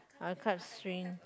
I'm quite strain